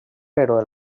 però